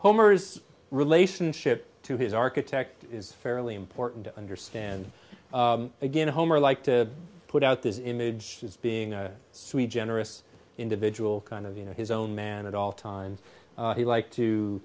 homer's relationship to his architect is fairly important to understand again homer like to put out this image being a sweet generous individual kind of you know his own man at all times he like to